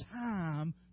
time